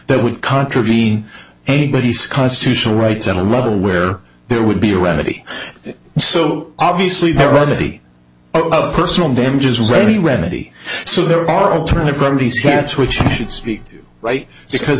that would contravene anybody's constitutional rights at a level where there would be a remedy so obviously they're already personal damages ready remedy so there are alternative remedies pants which should speak right because